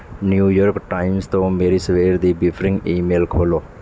New York Times ਤੋਂ ਮੇਰੀ ਸਵੇਰ ਦੀ ਬ੍ਰੀਫਿੰਗ ਈਮੇਲ ਖੋਲ੍ਹੋ